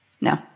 No